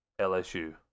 LSU